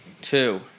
two